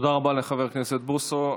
תודה רבה לחבר הכנסת בוסו.